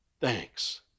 thanks